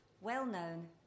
well-known